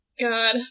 God